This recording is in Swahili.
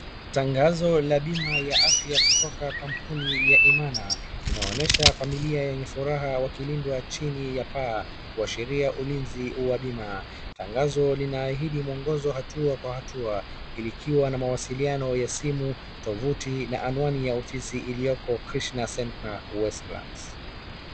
Tangazo la bima ya afya kutoka kampuni ya Imana inaonyesha familia yenye furaha wakilindwa chini ya paa kuashiria ulinzi wa bima. Tangazo lina ahidi mwongozo hatua kwa hatua ili ikiwa na mawasiliano ya simu, tovuti, na anwani ya ofisi iliyoko Krishna Centre Westlands.